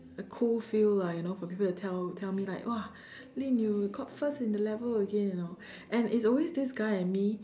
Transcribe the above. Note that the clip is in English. a cool feel lah you know for people to tell tell me like !wah! Lynn you got first in the level again you know and it's always this guy and me